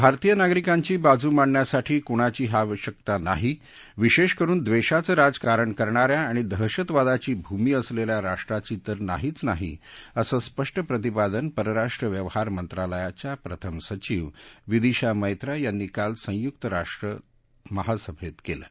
भारतीय नागरिकांची बाजू मांडण्यासाठी कोणाचीही आवश्यकता नाही विशधिकरुन द्वधावं राजकारण करणा या आणि दहशतवादाची भूमी असलल्या राष्ट्राची तर नाहीच नाही असं स्पष्ट प्रतिपादन परराष्ट्र व्यवहार मंत्रालयाच्या प्रथम सचिव विदिशा मक्तीयांनी काल संयुक्त राष्ट्र महासभतीक्लि